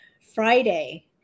Friday